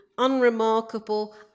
unremarkable